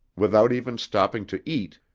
without even stopping to eat,